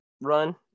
run